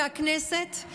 מהכנסת,